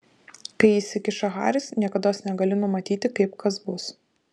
kai įsikiša haris niekados negali numatyti kaip kas bus